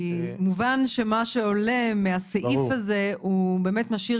כי מובן שמה שעולה מהסעיף הזה הוא באמת משאיר